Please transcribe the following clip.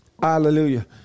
Hallelujah